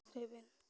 ᱨᱮᱵᱮᱱ